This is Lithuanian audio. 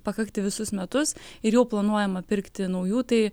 pakakti visus metus ir jau planuojama pirkti naujų tai